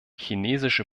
chinesische